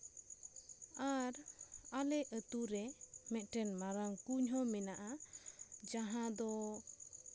ᱟᱨ ᱟᱞᱮ ᱟᱛᱳᱨᱮ ᱢᱤᱫᱴᱮᱝ ᱢᱟᱨᱟᱝ ᱠᱩᱸᱧ ᱦᱚᱸ ᱢᱮᱱᱟᱜᱼᱟ ᱡᱟᱦᱟᱸ ᱫᱚ